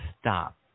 stop